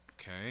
Okay